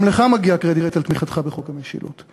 גם לך מגיע קרדיט על תמיכתך בחוק המשילות.